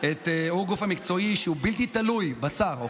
והוא בלתי תלוי בשר.